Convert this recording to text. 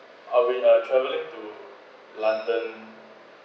I will I travelling to london